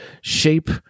shape